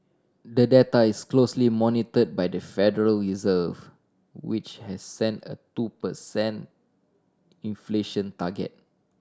the data is closely monitor by the Federal Reserve which has set a two per cent inflation target